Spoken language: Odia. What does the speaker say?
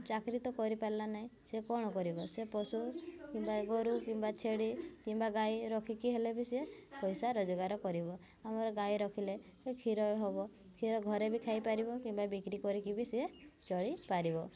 ଚାକିରି ତ କରିପାରିଲା ନାହିଁ ସେ କ'ଣ କରିବ ସେ ପଶୁ କିମ୍ବା ଗୋରୁ କିମ୍ବା ଛେଳି କିମ୍ବା ଗାଈ ରଖିକି ହେଲେ ବି ସେ ପଇସା ରୋଜଗାର କରିବ ଆମର ଗାଈ ରଖିଲେ ସେ କ୍ଷୀର ହବ କ୍ଷୀର ଘରେ ବି ଖାଇପାରିବ କିମ୍ବା ବିକ୍ରି କରିକି ବି ସେ ଚଳିପାରିବ